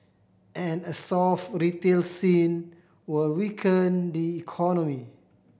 and a soft retail scene will weaken the economy